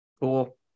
Cool